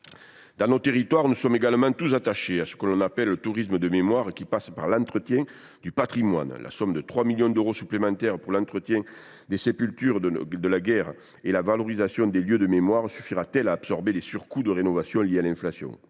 Dans nos territoires, nous sommes également tous attachés à ce que l’on appelle le « tourisme de mémoire », qui passe par l’entretien du patrimoine. Mais la somme de 3 millions d’euros supplémentaires pour l’entretien des sépultures de guerre et la valorisation des lieux de mémoire suffira t elle à absorber les surcoûts de rénovation liés à l’inflation ?